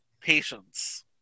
patience